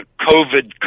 covid